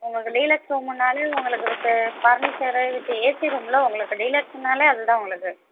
உங்களுக்கு டீலக்ஸ் ரூமுன்னாலே உங்களுக்கு வித்து ஃபர்னிச்சரு வித்து ஏசி ரூமில் உங்களுக்கு டீலக்ஸ்ஸுன்னாலே அதுதான் உங்களுக்கு